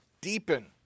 deepen